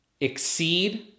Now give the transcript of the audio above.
exceed